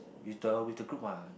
with the with the group mah